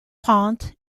pont